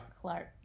Clark